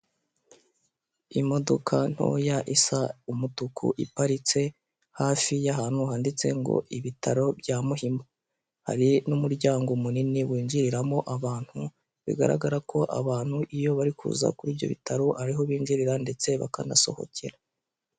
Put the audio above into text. Imodoka ntoya isa umutuku iparitse hafi y'ahantu handitse ngo ibitaro bya Muhima. Hari n'umuryango munini winjiriramo abant,u bigaragara ko abantu iyo bari kuza kuri ibyo bitaro ariho binjirira ndetse bakanasohokera.